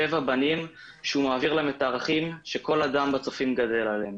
שבעה בנים שהוא מעביר להם את הערכים שכל אדם בצופים גדל עליהם,